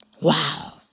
Wow